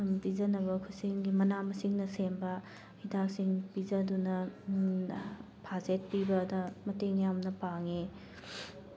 ꯄꯤꯖꯅꯕ ꯈꯨꯁꯦꯝꯒꯤ ꯃꯅꯥ ꯃꯁꯤꯡꯅ ꯁꯦꯝꯕ ꯍꯤꯗꯥꯛꯁꯤꯡ ꯄꯤꯖꯗꯨꯅ ꯐꯥꯔꯁ ꯑꯦꯗ ꯄꯤꯕꯗ ꯃꯇꯦꯡ ꯌꯥꯝꯅ ꯄꯥꯡꯉꯤ